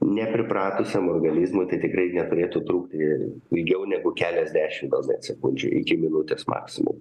ne pripratusiam organizmui tai tikrai neturėtų trukti ilgiau negu keliasdešimt gal net sekundžių iki minutės maksimum